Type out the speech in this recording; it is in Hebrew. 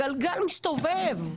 הגלגל מסתובב.